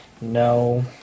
No